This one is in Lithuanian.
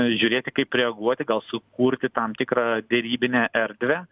žiūrėti kaip reaguoti gal sukurti tam tikrą derybinę erdvę